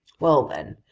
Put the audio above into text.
well then,